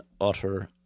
utter